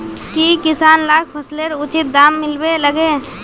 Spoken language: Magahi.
की किसान लाक फसलेर उचित दाम मिलबे लगे?